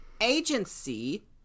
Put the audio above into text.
agency